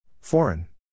Foreign